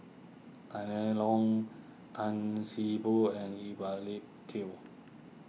Tang Liang Long Tan See Boo and Ip Lee Tung